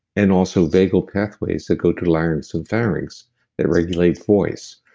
and also, vagal pathways that go to larynx and pharynx that regulate voice.